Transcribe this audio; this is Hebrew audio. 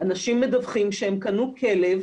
אנשים מדווחים שהם קנו כלב